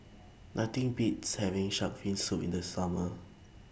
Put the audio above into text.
Nothing Beats having Shark's Fin Soup in The Summer